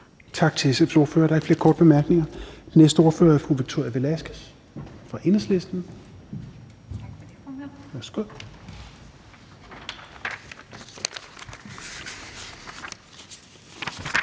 Tak til SF's ordfører. Der er ikke flere korte bemærkninger. Den næste ordfører er fru Victoria Velasquez fra Enhedslisten. Værsgo. Kl.